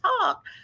talk